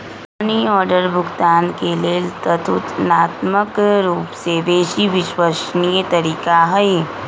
money order भुगतान के लेल ततुलनात्मक रूपसे बेशी विश्वसनीय तरीका हइ